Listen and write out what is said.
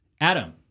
Adam